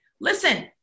listen